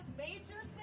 major